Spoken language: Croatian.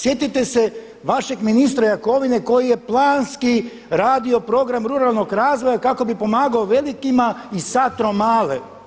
Sjetite se vašeg ministra Jakovine koji je planski radio program ruralnog razvoja kako bi pomagao velikima i satro male.